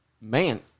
man